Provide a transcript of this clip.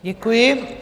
Děkuji.